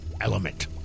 element